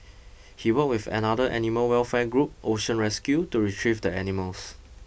he worked with another animal welfare group Ocean Rescue to retrieve the animals